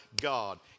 God